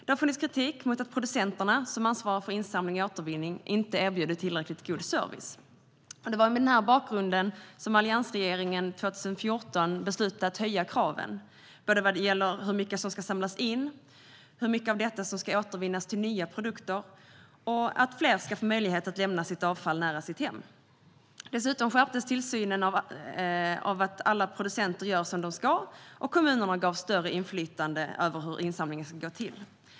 Det har funnits kritik mot att producenterna, som ansvarar för insamling och återvinning, inte har erbjudit tillräckligt god service. Det var mot den bakgrunden alliansregeringen år 2014 beslutade att höja kraven. Det gällde såväl hur mycket som ska samlas in och hur mycket av detta som ska återvinnas till nya produkter som att fler ska få möjlighet att lämna sitt avfall nära sina hem. Dessutom skärptes tillsynen av att alla producenter gör som de ska, och kommunerna gavs större inflytande över hur insamlingen ska gå till.